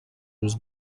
روز